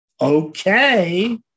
Okay